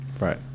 right